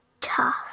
tough